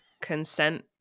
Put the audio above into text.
consent